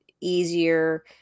easier